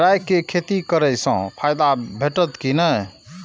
राय के खेती करे स फायदा भेटत की नै?